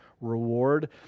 reward